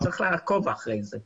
צריך לעקוב אחרי זה.